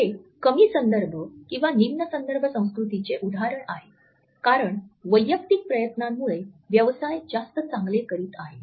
येथे कमी संदर्भ किंवा निम्न संदर्भ संस्कृतीचे उदाहरण आहे कारण वैयक्तिक प्रयत्नांमुळे व्यवसाय जास्त चांगले करीत आहे